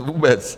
Vůbec.